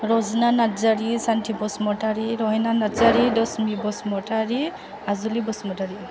Rajina Narzary Santhi Basumatary Rahina Narzary Dasimi Basumatary Ajuli Basumatary